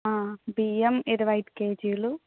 బియ్యం ఇరవై ఐదు కేజీలు